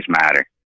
Matter